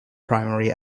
primary